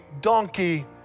donkey